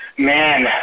Man